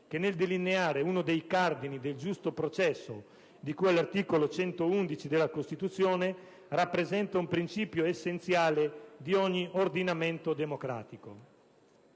che, nel delineare uno dei cardini del giusto processo di cui all'articolo 111 della Costituzione, rappresenta un principio essenziale di ogni ordinamento democratico.